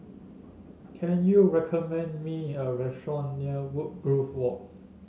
can you recommend me a restaurant near Woodgrove Walk